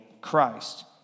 Christ